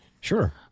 Sure